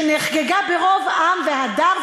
שנחגגה ברוב עם והדר,